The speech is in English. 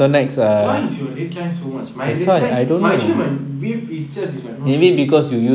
why is your red lines so much my red line but actually my wave itself is like not so big